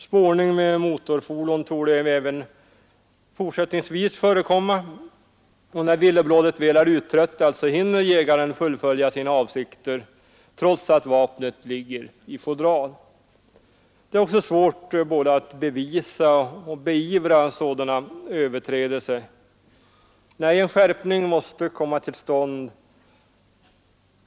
Spårning med motorfordon torde även fortsättningsvis förekomma, och när villebrådet väl är uttröttat, hinner jägaren fullfölja sina avsikter trots att vapnet ligger i fodral. Det är också svårt att beivra överträdelser. Nej, en skärpning måste komma till stånd.